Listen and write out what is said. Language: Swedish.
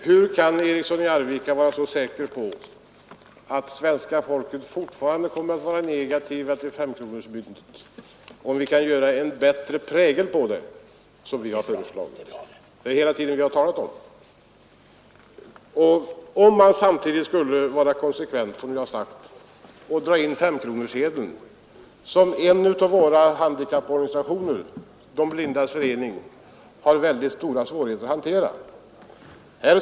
Hur kan herr Eriksson i Arvika vara så säker på att svenska folket fortfarande kommer att vara negativt till femkronan om myntet får en bättre prägel — som vi hela tiden har talat om och föreslagit — och om vi samtidigt är konsekventa och drar in femkronesedeln, som man i De blindas förening har så stora svårigheter att handskas med?